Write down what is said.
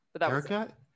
Erica